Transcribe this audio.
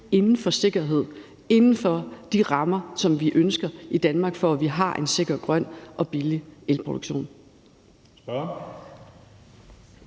inden for sikkerhed, inden for de rammer, som vi ønsker i Danmark, for at vi har en sikker, grøn og billig elproduktion.